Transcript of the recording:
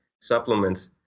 supplements